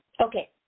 Okay